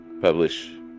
publish